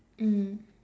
mm